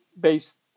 based